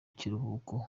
kiruhuko